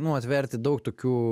nu atverti daug tokių